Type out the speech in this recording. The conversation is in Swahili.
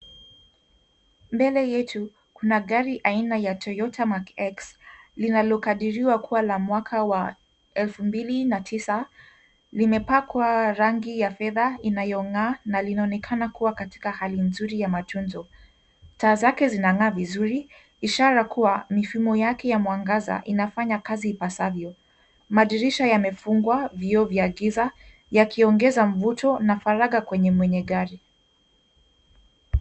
Mbele yetu kuna gari aina ya Toyota mark x linalokadiriwa kuwa la mwaka wa 2009. Limepakwa rangi ya fedhaa inayong'aa na linaonekana kuwa katika hali nzuri ya matunzo. Taa zake zinang'aa vizuri ishara kuwa mifumo yake ya mwangaza inafanya kazi ipasavyo. Madirisha yamefungwa vioo vya giza yakiongeza mvuto na faragha kwenye mwenye gari.